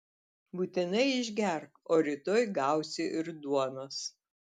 būtinai išgerk o rytoj gausi ir duonos